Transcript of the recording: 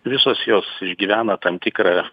visos jos išgyvena tam tikrą